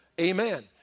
Amen